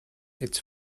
its